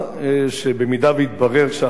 שאם יתברר שאכן טענתם,